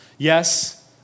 Yes